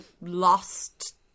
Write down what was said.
lost